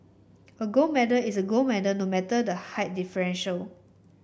a gold medal is a gold medal no matter the height differential